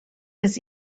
his